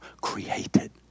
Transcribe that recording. created